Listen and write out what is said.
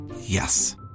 Yes